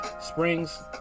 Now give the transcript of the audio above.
Springs